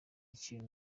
ikintu